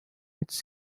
its